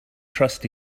trust